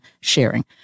sharing